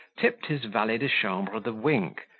tipped his valet-de-chambre the wink,